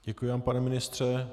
Děkuji vám, pane ministře.